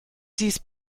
dies